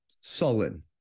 sullen